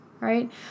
right